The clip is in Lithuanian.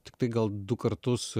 tiktai gal du kartus